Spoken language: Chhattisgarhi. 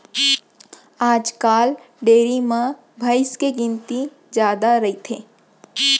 आजकाल डेयरी म भईंस के गिनती जादा रइथे